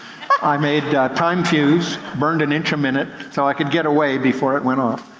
i made time fuse, burned an inch a minute, so i could get away before it went off.